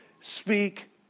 speak